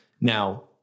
Now